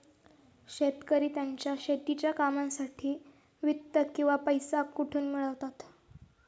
शेतकरी त्यांच्या शेतीच्या कामांसाठी वित्त किंवा पैसा कुठून मिळवतात?